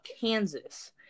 Kansas